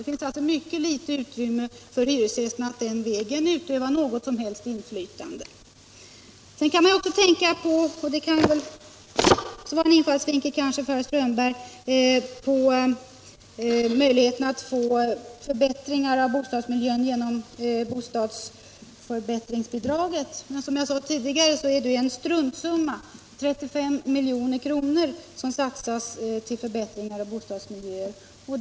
Det finns alltså bara ett synnerligen litet utrymme för hyresgästerna att den vägen utöva något som helst inflytande. Sedan kan man också — som en infallsvinkel för herr Strömberg, kanske — tänka på möjligheten att få förbättringar av bostadsmiljön genom bostadsförbättringsbidraget, men som jag sade tidigare är det en struntsumma, 35 milj.kr., som satsas till förbättring av bostadsmiljöer.